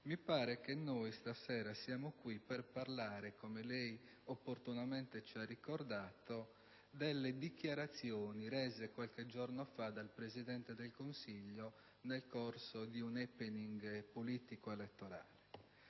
mi sembra che stasera siamo qui per parlare - come lei opportunamente ci ha ricordato - delle dichiarazioni rese qualche giorno fa dal Presidente del Consiglio, nel corso di un *happening* politico-elettorale.